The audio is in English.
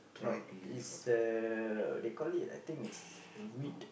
no it's uh they call it I think it's wheat